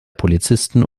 polizisten